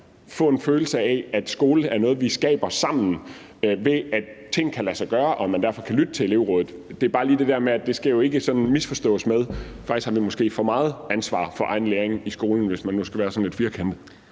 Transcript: få en følelse af, at skolen er noget, vi skaber sammen, ved at ting kan lade sig gøre og man derfor kan lytte til elevrådet. Det er bare lige, fordi det jo ikke skal misforstås på den måde, at man måske har for meget ansvar for egen læring i skolen, hvis man nu skal være sådan lidt firkantet.